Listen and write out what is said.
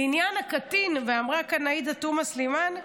לעניין הקטין, ואמרה כאן עאידה תומא סלימאן,